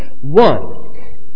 One